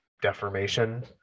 deformation